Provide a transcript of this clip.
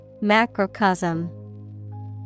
Macrocosm